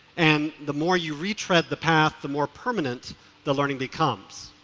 and the more you retread the path, the more permanent the learning becomes.